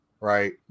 right